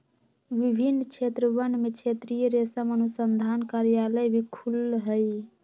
विभिन्न क्षेत्रवन में क्षेत्रीय रेशम अनुसंधान कार्यालय भी खुल्ल हई